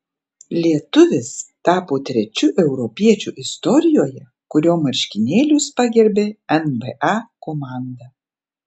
lietuvis tapo trečiu europiečiu istorijoje kurio marškinėlius pagerbė nba komanda